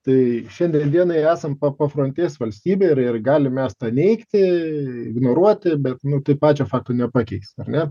tai šiandien dienai esam pafrontės valstybė ir ir galim mes tą neigti ignoruoti bet nu tai pačio fakto nepakeis ar ne